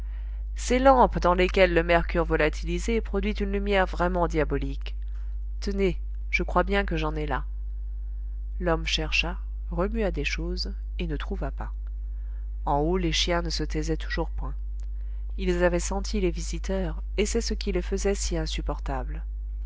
ces lampes dans lesquelles le mercure volatilisé produit une lumière vraiment diabolique tenez je crois bien que j'en ai là l'homme chercha remua des choses et ne trouva pas en haut les chiens ne se taisaient toujours point ils avaient senti les visiteurs et c'est ce qui les faisait si insupportables